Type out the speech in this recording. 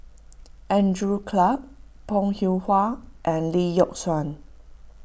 Andrew Clarke Bong Hiong Hwa and Lee Yock Suan